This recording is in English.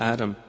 Adam